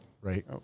right